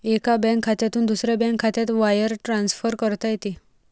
एका बँक खात्यातून दुसऱ्या बँक खात्यात वायर ट्रान्सफर करता येते